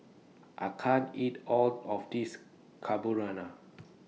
I can't eat All of This Carbonara